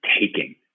taking